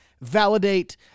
validate